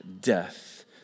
death